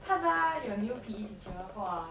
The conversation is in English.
tada your new P_E teacher !wah!